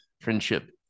friendship